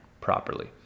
properly